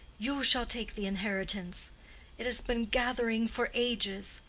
you shall take the inheritance it has been gathering for ages.